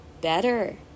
better